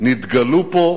נתגלו פה